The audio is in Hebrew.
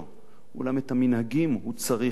אולם את המנהגים הוא צריך לדעת,